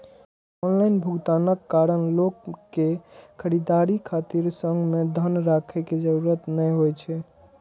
online भुगतानक कारण लोक कें खरीदारी खातिर संग मे धन राखै के जरूरत नै होइ छै